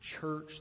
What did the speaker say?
church